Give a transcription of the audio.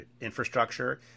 infrastructure